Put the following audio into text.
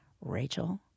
Rachel